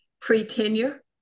pre-tenure